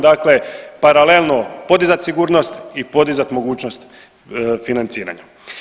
Dakle, paralelno podizati sigurnost i podizat mogućnost financiranja.